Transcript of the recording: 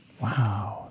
Wow